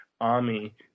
army